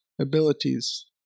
abilities